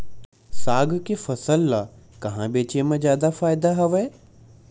साग के फसल ल कहां बेचे म जादा फ़ायदा हवय?